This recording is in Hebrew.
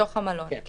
בתוך המלון.